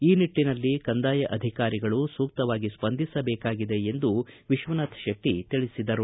ಈ ನಿಟ್ಟನಲ್ಲಿ ಕಂದಾಯ ಅಧಿಕಾರಿಗಳು ಸೂಕ್ತವಾಗಿ ಸ್ವಂದಿಸಬೇಕಾಗಿದೆ ಎಂದು ವಿಶ್ವನಾಥ ಶೆಟ್ಟ ತಿಳಿಸಿದರು